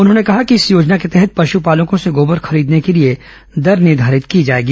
उन्होंने कहा कि इस योजना के तहत पश्पालकों से गोबर खरीदने के लिए दर निर्घारित की जाएगी